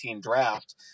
draft